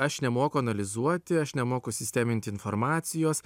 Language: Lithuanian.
aš nemoku analizuoti aš nemoku sisteminti informacijos